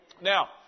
Now